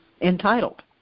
entitled